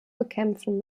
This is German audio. bekämpfen